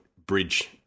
bridge